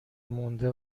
مونده